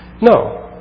No